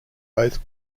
both